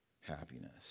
Happiness